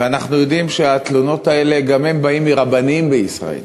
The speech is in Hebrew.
ואנחנו יודעים שהתלונות האלה גם הן באות מרבנים בישראל,